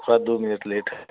शायद दो minute late है